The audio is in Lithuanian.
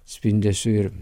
spindesiu ir